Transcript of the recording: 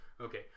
okay